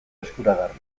eskuragarri